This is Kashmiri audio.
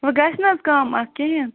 وۄنۍ گژھہِ نہ حظ کَم اَتھ کہیٖنۍ